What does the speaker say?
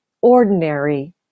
ordinary